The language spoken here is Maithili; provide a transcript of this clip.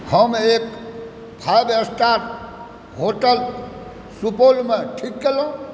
हम एक फाइव स्टार होटल सुपौलमे ठीक केलहुँ